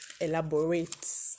elaborate